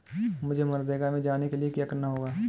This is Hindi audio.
मुझे मनरेगा में जाने के लिए क्या करना होगा?